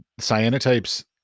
cyanotypes